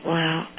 Wow